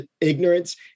ignorance